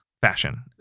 fashion